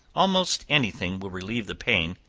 almost any thing will relieve the pain,